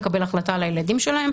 לקבל החלטה על הילדים שלהם.